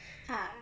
ah